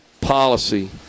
policy